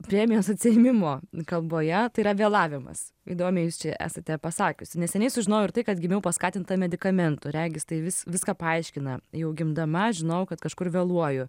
premijos atsiėmimo kalboje tai yra vėlavimas įdomiai jūs čia esate pasakiusi neseniai sužinojau ir tai kad gimiau paskatinta medikamentų regis tai vis viską paaiškina jau gimdama žinojau kad kažkur vėluoju